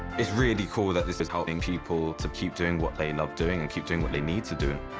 it's really cool that this is helping people to keep doing what they love doing and keep doing what they need to do.